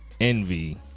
envy